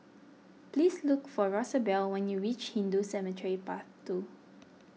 please look for Rosabelle when you reach Hindu Cemetery Path two